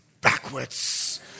backwards